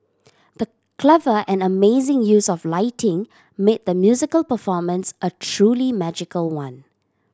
the clever and amazing use of lighting made the musical performance a truly magical one